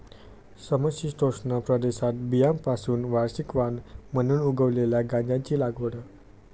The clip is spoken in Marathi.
समशीतोष्ण प्रदेशात बियाण्यांपासून वार्षिक वाण म्हणून उगवलेल्या गांजाची लागवड